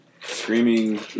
screaming